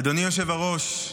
אדוני היושב-ראש,